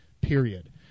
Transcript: period